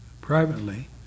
privately